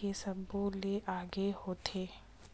के सब्बो ले अलगे होथे